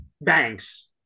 banks